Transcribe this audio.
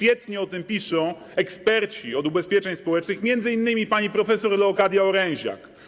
Świetnie o tym piszą eksperci od ubezpieczeń społecznych, m.in. pani prof. Leokadia Oręziak.